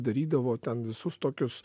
darydavo ten visus tokius